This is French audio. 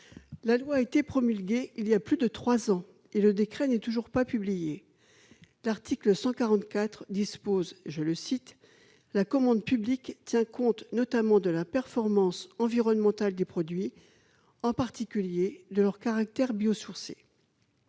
la loi a été promulguée voilà plus de trois ans et le décret n'est toujours pas publié. L'article 144 dispose :« La commande publique tient compte notamment de la performance environnementale des produits, en particulier de leur caractère biosourcé.